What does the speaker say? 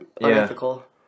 unethical